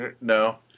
No